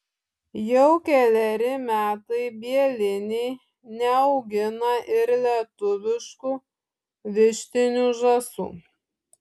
jau keleri metai bieliniai neaugina ir lietuviškų vištinių žąsų